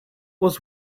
was